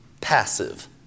passive